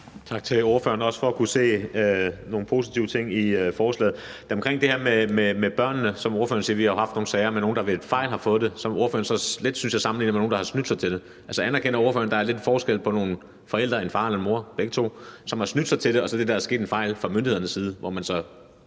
Tak til ordføreren, også for at kunne se nogle positive ting i forslaget. Det er omkring det her med børnene. Som ordføreren siger, har vi jo haft nogle sager med nogle, der ved en fejl har fået det, og det synes jeg ordføreren lidt sammenligner med nogle, der har snydt sig til det. Altså, anerkender ordføreren, at der er lidt forskel på, at nogle forældre, en far eller en mor eller begge to, har snydt sig til det, og at der er sket en fejl fra myndighedernes side, hvor man så